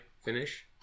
finish